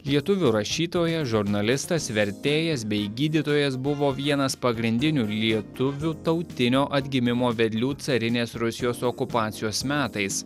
lietuvių rašytojas žurnalistas vertėjas bei gydytojas buvo vienas pagrindinių lietuvių tautinio atgimimo vedlių carinės rusijos okupacijos metais